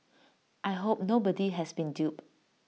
I hope nobody has been duped